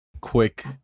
quick